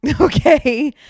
Okay